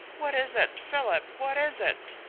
what is it? philip, what is it?